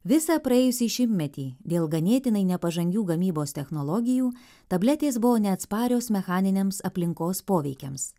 visą praėjusį šimtmetį dėl ganėtinai nepažangių gamybos technologijų tabletės buvo neatsparios mechaniniams aplinkos poveikiams